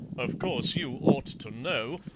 of course, you ought to know.